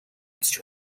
үзэж